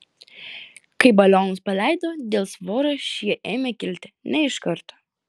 kai balionus paleido dėl svorio šie ėmė kilti ne iš karto